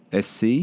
SC